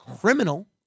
criminal